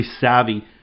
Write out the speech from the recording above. savvy